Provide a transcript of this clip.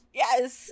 Yes